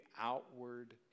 outward